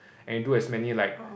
and do as many like